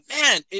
man